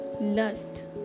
lust